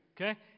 Okay